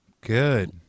good